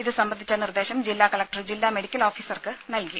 ഇതു സംബന്ധിച്ച നിർദേശം ജില്ലാ കലക്ടർ ജില്ലാ മെഡിക്കൽ ഓഫിസർക്ക് നല്കി